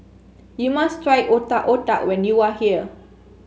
you must try Otak Otak when you are here